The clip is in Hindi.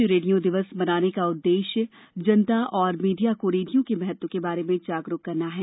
विश्व रेडियो दिवस मनाने का मुख्य उद्देश्य जनता और मीडिया को रेडियो के महत्व के बारे में जागरुक करना है